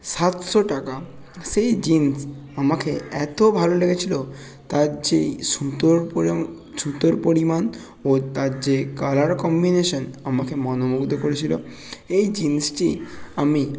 সাতশো টাকা সেই জিন্স আমাকে এত ভালো লেগেছিল তার যেই সুতোর পরিমাণ সুতোর পরিমাণ ও তার যে কালার কম্বিনেশন আমাকে মনমুগ্ধ করেছিল এই জিন্সটি আমি